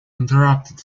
interrupted